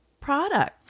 product